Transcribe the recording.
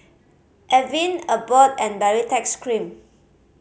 Avene Abbott and Baritex Cream